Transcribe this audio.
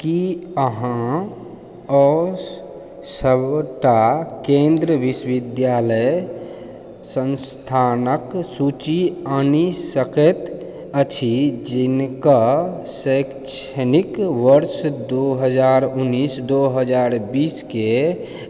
की अहाँ सभटा केन्द्रीय विश्वविद्यालय संस्थानके सूचि आनि सकै छी जिनका शैक्षणिक वर्ष दो हजार उनैस दो हजार बीस के